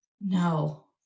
No